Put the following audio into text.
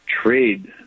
trade